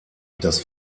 das